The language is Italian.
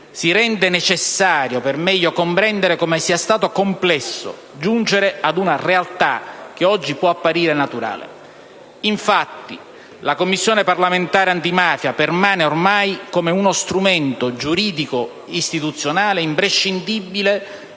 si rende necessario per meglio comprendere come sia stato complesso giungere a una realtà che oggi può apparire naturale. Infatti, la Commissione parlamentare antimafia permane ormai come uno strumento giuridico istituzionale imprescindibile